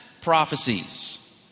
prophecies